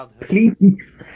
please